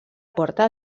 porta